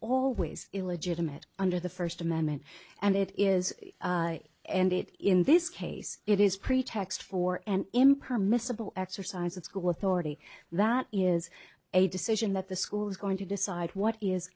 always illegitimate under the first amendment and it is and it in this case it is pretext for an impermissible exercise its cool authority that is a decision that the school is going to decide what is